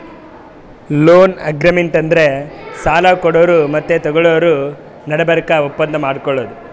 loan agreement ಅಂದ್ರ ಸಾಲ ಕೊಡೋರು ಮತ್ತ್ ತಗೋಳೋರ್ ನಡಬರ್ಕ್ ಒಪ್ಪಂದ್ ಮಾಡ್ಕೊಳದು